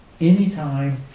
Anytime